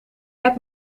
heb